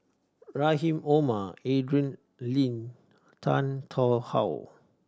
Rrahim Omar Adrin Loi Tan Tarn How